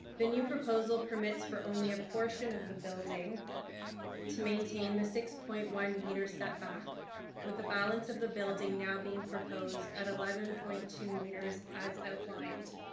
the new proposal permits for only a portion of the building to maintain the six point one meter setback with the balance of the building now being proposed at eleven point two meters as outlined.